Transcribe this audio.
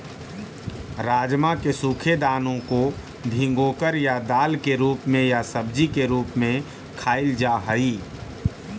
राजमा के सूखे दानों को भिगोकर या दाल के रूप में या सब्जी के रूप में खाईल जा हई